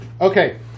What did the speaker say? Okay